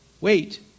Wait